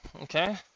Okay